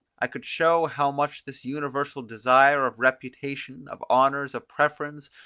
i could show how much this universal desire of reputation, of honours, of preference,